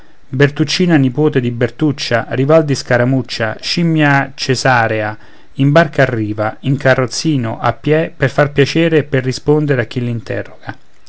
fa bertuccina nipote di bertuccia rival di scaramuccia scimmia cesarea in barca arriva in carrozzino a piè per far piacere e per rispondere a chi